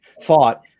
fought